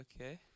okay